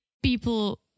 People